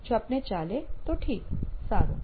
જો આપને ચાલે તો ઠીક સારું